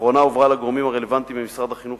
לאחרונה הועברה לגורמים הרלוונטיים במשרד החינוך